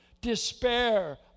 despair